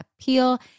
appeal